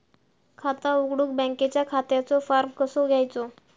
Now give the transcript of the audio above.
खाता उघडुक बँकेच्या खात्याचो फार्म कसो घ्यायचो?